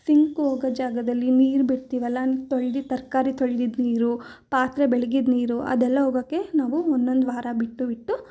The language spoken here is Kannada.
ಸಿಂಕ್ ಹೋಗೋ ಜಾಗದಲ್ಲಿ ನೀರು ಬಿಡ್ತಿವಲ್ಲಿನು ತೊಳ್ದು ತರಕಾರಿ ತೊಳ್ದಿದ್ದ ನೀರು ಪಾತ್ರೆ ಬೆಳಗಿದ ನೀರು ಅದೆಲ್ಲ ಹೋಗೋಕ್ಕೆ ನಾವು ಒಂದೊಂದು ವಾರ ಬಿಟ್ಟು ಬಿಟ್ಟು